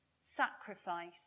sacrifice